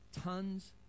Tons